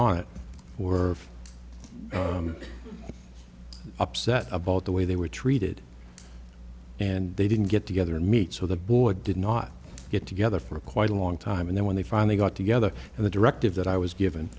on it were upset about the way they were treated and they didn't get together and meet so the board did not get together for quite a long time and then when they finally got together and the directive that i was given